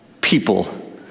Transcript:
people